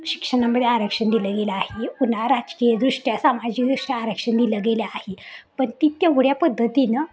शिक्षणामध्ये आरक्षण दिलं गेलेलं आहे पुन्हा राजकीयदृष्ट्या सामाजिकदृष्ट्या आरक्षण दिलं गेले आहे पण ती तेवढ्या पद्धतीनं